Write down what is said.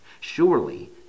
Surely